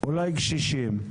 אולי קשישים,